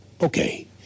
Okay